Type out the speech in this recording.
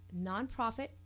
nonprofit